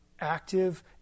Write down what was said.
active